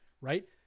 right